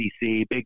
Big